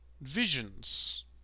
visions